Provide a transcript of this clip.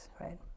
right